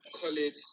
college